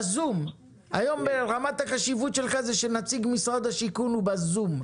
היום ברמת החשיבות שלך זה שנציג משרד השיכון הוא בזום.